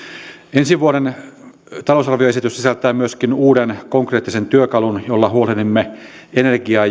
ensi vuoden talousarvioesitys sisältää myöskin uuden konkreettisen työkalun jolla huolehdimme energia